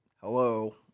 Hello